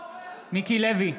מיקי לוי,